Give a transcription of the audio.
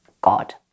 God